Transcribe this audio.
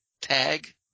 tag